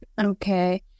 Okay